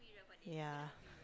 ya